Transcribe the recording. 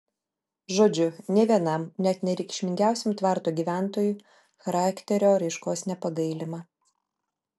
žodžiu nė vienam net nereikšmingiausiam tvarto gyventojui charakterio raiškos nepagailima